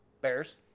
Bears